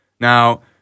Now